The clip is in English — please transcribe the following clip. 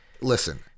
listen